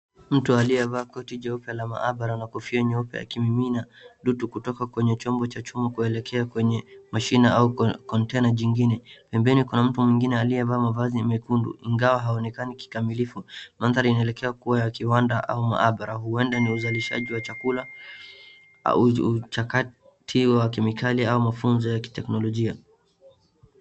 Mtu aliyevaa koti jeupe la maabara na kofia nyeupe ikimimina dutu kutoka kwenye chombo cha chuma kuelekea kwenye mashina au kontena jingine. Pembeni kuna mtu mwingine aliyevaa mavazi ya mekundu. Ingawa haonekani kikamilifu, mandhari inaelekea kuwa ya kiwanda au maabara. Huenda ni uzalishaji wa chakula au uchakati wa kemikali au mafunzo ya kiteknolojia.